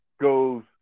goes